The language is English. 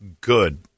good